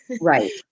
Right